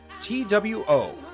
T-W-O